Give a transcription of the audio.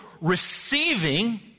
receiving